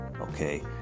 Okay